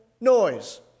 noise